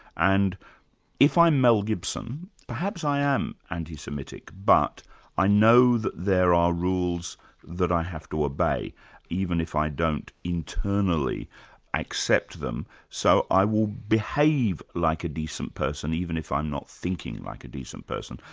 and if i'm mel gibson, perhaps i am anti-semitic, but i know that there are rules that i have to ah obey, even if i don't internally accept them. so i will behave like a decent person, even if i'm not thinking like a decent person.